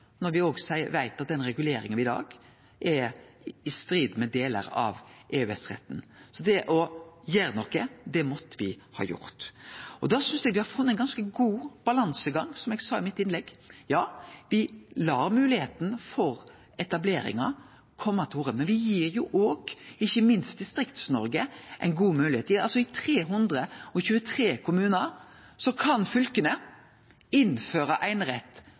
når me veit at reguleringa i dag er i strid med delar av EØS-retten. Så å gjere noko, det måtte me. Eg synest me har funne ein ganske god balansegang, som eg sa i innlegget mitt. Ja, me lèt moglegheita for etableringar kome til orde, og me gir ikkje minst Distrikts-Noreg ei god moglegheit. I 323 kommunar kan